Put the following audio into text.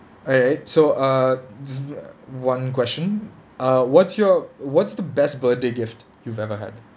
alright so err ju~ uh one question err what's your what's the best birthday gift you've ever had